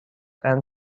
and